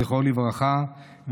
זכרו לברכה,